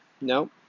No